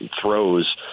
throws